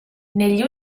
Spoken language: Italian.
negli